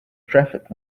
traffic